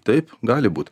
taip gali būt